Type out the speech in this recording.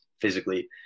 physically